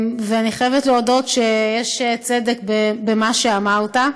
ואני חייבת להודות שיש צדק במה שאמרת.